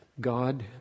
God